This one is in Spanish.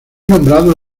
nombrado